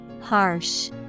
Harsh